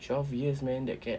twelve years man that cat